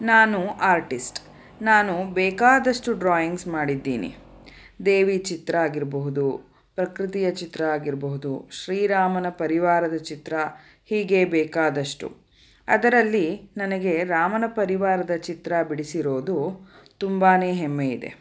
ನಾನು ಆರ್ಟಿಸ್ಟ್ ನಾನು ಬೇಕಾದಷ್ಟು ಡ್ರಾಯಿಂಗ್ಸ್ ಮಾಡಿದ್ದೀನಿ ದೇವಿ ಚಿತ್ರ ಆಗಿರಬಹುದು ಪ್ರಕೃತಿಯ ಚಿತ್ರ ಆಗಿರಬಹುದು ಶ್ರೀರಾಮನ ಪರಿವಾರದ ಚಿತ್ರ ಹೀಗೆ ಬೇಕಾದಷ್ಟು ಅದರಲ್ಲಿ ನನಗೆ ರಾಮನ ಪರಿವಾರದ ಚಿತ್ರ ಬಿಡಿಸಿರೋದು ತುಂಬಾ ಹೆಮ್ಮೆಇದೆ